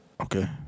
Okay